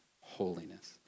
holiness